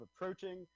approaching